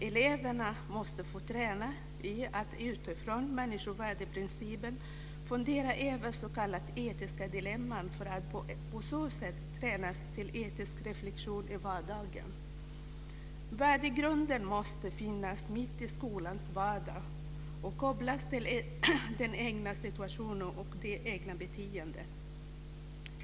Eleverna måste få träna i att utifrån människovärdeprincipen fundera över s.k. etiska dilemman, för att på så sätt tränas till etisk reflexion i vardagen. Värdegrunden måste finnas mitt i skolans vardag och kopplas till den egna situationen och det egna beteendet.